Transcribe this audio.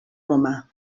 romà